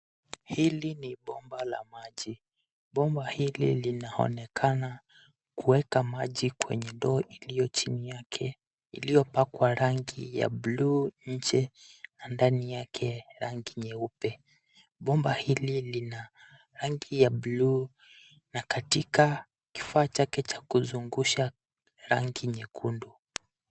Hili ni bomba la maji. Bomba hili linaonekana kuweka maji kwenye ndoo iliyo chini yake iliyopakwa rangi ya buluu nje na ndani yake rangi nyeupe. Bomba hili lina rangi ya buluu na katika kifaa chake cha kuzungusha rangi nyekundu.